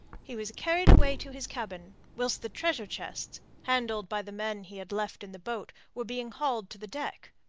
he was carried away to his cabin, whilst the treasure-chests, handled by the men he had left in the boat, were being hauled to the deck.